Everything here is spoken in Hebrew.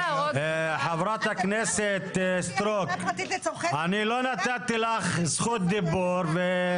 ח"כ אורית סטרוק, אני לא נתתי לך זכות דיבור.